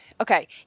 okay